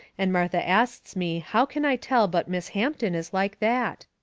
and martha asts me how can i tell but miss hampton is like that?